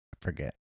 forget